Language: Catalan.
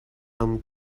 amb